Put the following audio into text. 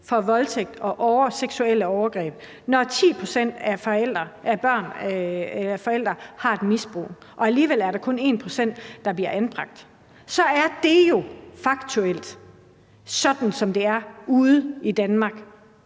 for voldtægt og seksuelle overgreb, og når 10 pct. af børn har forældre, der har et misbrug, og det alligevel kun er 1 pct., der bliver anbragt, er det jo faktuelt sådan, som det er ude i Danmark,